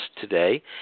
today